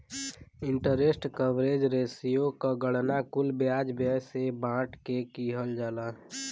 interest coverage ratio क गणना कुल ब्याज व्यय से बांट के किहल जाला